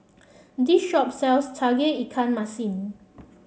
this shop sells Tauge Ikan Masin